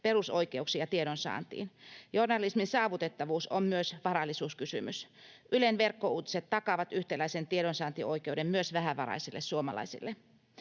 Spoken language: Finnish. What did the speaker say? perusoikeuksia tiedonsaantiin. Journalismin saavutettavuus on myös varallisuuskysymys. Ylen verkkouutiset takaavat yhtäläisen tiedonsaantioikeuden myös vähävaraisille suomalaisille.